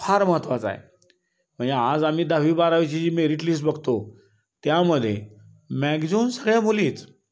फार महत्त्वाचा आहे म्हणजे आज आम्ही दहावी बारावीची जी मेरिट लिस्ट बघतो त्यामध्ये मॅग्झिमम सगळ्या मुलीच